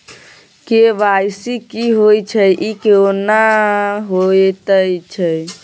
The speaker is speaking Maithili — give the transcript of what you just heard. के.वाई.सी की होय छै, ई केना होयत छै?